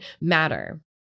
matter